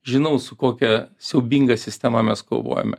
žinau su kokia siaubinga sistema mes kovojome